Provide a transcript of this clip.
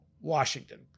Washington